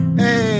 hey